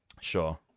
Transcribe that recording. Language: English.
Sure